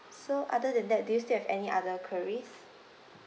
so other than that do you still have any other queries